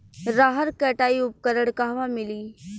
रहर कटाई उपकरण कहवा मिली?